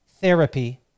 therapy